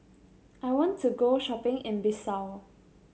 I want to go shopping in Bissau